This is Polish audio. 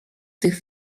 tych